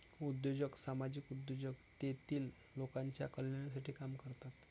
उद्योजक सामाजिक उद्योजक तेतील लोकांच्या कल्याणासाठी काम करतात